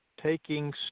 taking